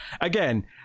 Again